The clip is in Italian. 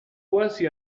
quasi